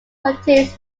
contains